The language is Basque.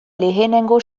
lehenengo